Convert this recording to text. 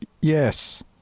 Yes